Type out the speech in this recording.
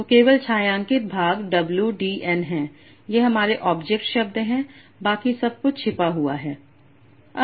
तो केवल छायांकित भाग W d n है ये हमारे ऑब्जेक्ट शब्द हैं बाकी सब कुछ छिपा हुआ है